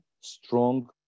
strong